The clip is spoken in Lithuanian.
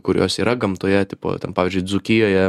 kurios yra gamtoje tipo ten pavyzdžiui dzūkijoje